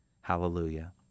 Hallelujah